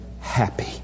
happy